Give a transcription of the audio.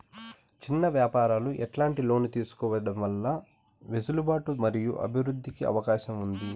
చిన్న వ్యాపారాలు ఎట్లాంటి లోన్లు తీసుకోవడం వల్ల వెసులుబాటు మరియు అభివృద్ధి కి అవకాశం ఉంది?